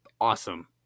awesome